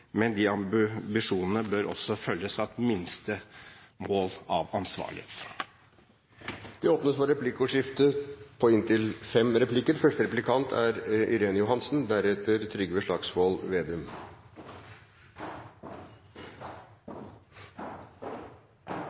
men de ambisjonene bør også følges av et minstemål av ansvarlighet. Det åpnes for replikkordskifte.